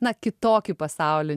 na kitokį pasaulį